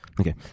Okay